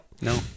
No